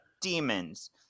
demons